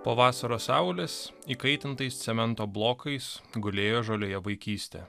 po vasaros saulės įkaitintais cemento blokais gulėjo žolėje vaikystė